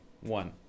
one